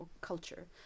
culture